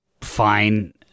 fine